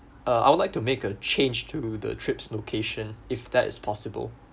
uh I would like to make a change to the trip's location if that is possible